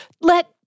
let